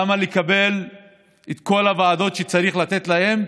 למה לקבל את כל הוועדות שצריך לתת להם,